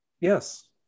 Yes